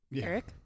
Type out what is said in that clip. Eric